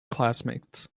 classmates